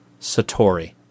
Satori